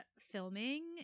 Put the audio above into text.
filming